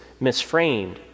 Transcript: misframed